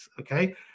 Okay